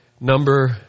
Number